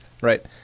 right